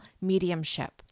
mediumship